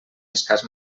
escàs